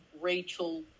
Rachel